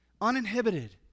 uninhibited